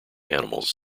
animals